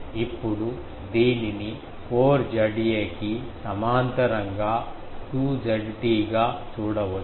ఇప్పుడు దీనిని 4 Za కి సమాంతరంగా 2 Zt గా చూడవచ్చు